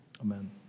amen